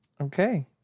Okay